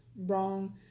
wrong